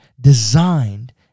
designed